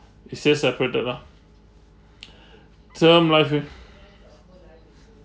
it says separated lah term life with